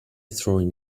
throwing